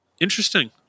Interesting